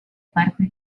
parte